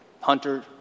Hunter